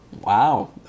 wow